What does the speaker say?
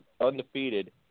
undefeated